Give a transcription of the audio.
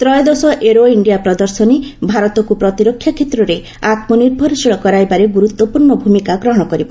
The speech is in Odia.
ତ୍ରୟୋଦଶ ଏରୋ ଇଣ୍ଡିଆ ପ୍ରଦର୍ଶନୀ ଭାରତକୁ ପ୍ରତିରକ୍ଷା କ୍ଷେତ୍ରରେ ଆତ୍କନିର୍ଭରଶୀଳ କରାଇବାରେ ଗୁରୁତ୍ୱପୂର୍ଣ୍ଣ ଭୂମିକା ଗ୍ରହଣ କରିବ